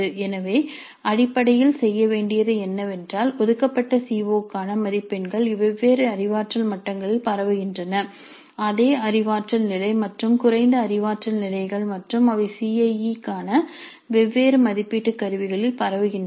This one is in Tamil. எனவே அடிப்படையில் செய்ய வேண்டியது என்னவென்றால் ஒதுக்கப்பட்ட சி ஓ க்கான மதிப்பெண்கள் வெவ்வேறு அறிவாற்றல் மட்டங்களில் பரவுகின்றன அதே அறிவாற்றல் நிலை மற்றும் குறைந்த அறிவாற்றல் நிலைகள் மற்றும் அவை சி ஐ இ க்கான வெவ்வேறு மதிப்பீட்டு கருவிகளில் பரவுகின்றன